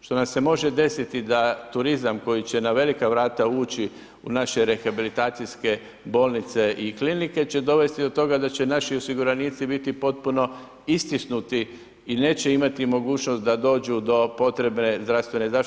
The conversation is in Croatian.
što nam se može desiti da turizam koji će na velika vrata ući u naše rehabilitacijske bolnice i klinike će dovesti do toga da će naši osiguranici biti potpuno istisnuti i neće imati mogućnost da dođu do potrebne zdravstvene zaštite.